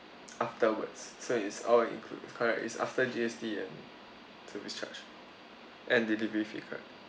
afterwards so it's all include correct it's after G_S_T and service charge and delivery fee correct